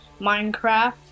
Minecraft